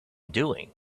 doing